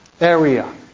area